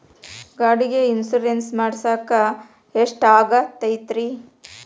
ಗಾಡಿಗೆ ಇನ್ಶೂರೆನ್ಸ್ ಮಾಡಸಾಕ ಎಷ್ಟಾಗತೈತ್ರಿ?